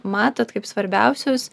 matot kaip svarbiausius